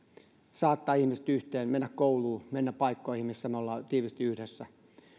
saattaa ihmiset yhteen mennä kouluun mennä paikkoihin missä me olemme tiiviisti yhdessä